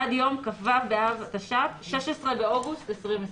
עד יום כ"ו באב התש"ף (16 באוגוסט 2020)."